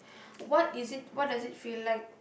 what is it what does it feel like